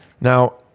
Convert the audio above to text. Now